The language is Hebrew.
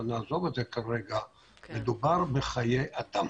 מדובר בחיי אדם.